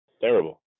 Terrible